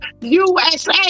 usa